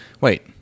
Wait